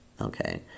Okay